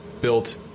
built